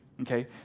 Okay